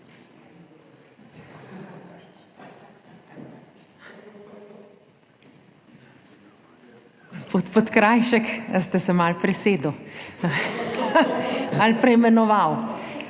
Podkrajšek, ali ste se malo presedli ali preimenovali?